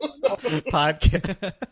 podcast